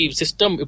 system